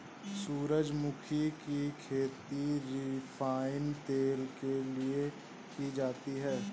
सूरजमुखी की खेती रिफाइन तेल के लिए की जाती है